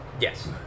Yes